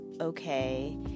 okay